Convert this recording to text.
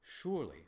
Surely